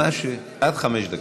בבקשה, חמש דקות.